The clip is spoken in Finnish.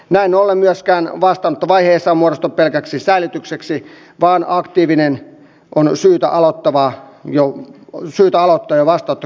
näin ollen myöskään vastaanottovaihe ei saa muodostua pelkäksi säilytykseksi vaan aktivointi on syytä aloittaa jo vastaanottokeskuksessa